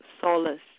solace